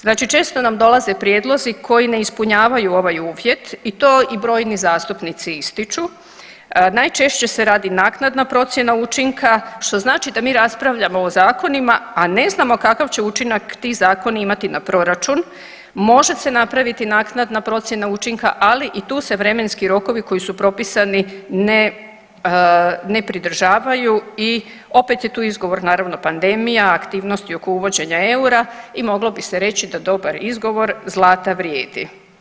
Znači često nam dolaze prijedlozi koje ne ispunjavaju ovaj uvjet i to i brojni zastupnici ističu, najčešće se radi naknadna procjena učinka što znači da mi raspravljamo o zakonima a ne znamo kakav će učinak ti zakoni imati na proračun, može se napraviti naknadna procjena učinka ali i tu se vremenski rokovi koji su propisani ne pridržavaju i opet je tu izgovor naravno pandemija, aktivnosti oko uvođenja eura i moglo bi se reći da dobar izgovor zlata vrijedi.